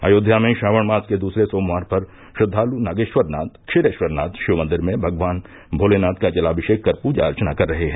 अयोध्या में श्रावण मास के दूसरे सोमवार पर श्रद्वालु नागेश्वरनाथ क्षीरेश्वरनाथ शिव मंदिर में भगवान भोलेनाथ का जलामिषेक कर पूजा अर्चना कर रहे हैं